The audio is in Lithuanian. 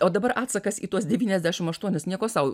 o dabar atsakas į tuos devyniasdešim aštuonis nieko sau